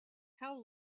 how